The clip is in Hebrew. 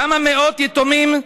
כמה מאות יתומים,